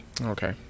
okay